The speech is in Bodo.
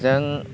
जों